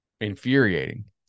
infuriating